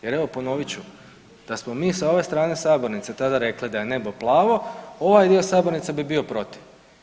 Jer evo ponovit ću da smo mi s ove strane sabornice tada rekli da je nebo plavo, ovaj dio sabornice bi bio protiv.